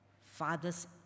fathers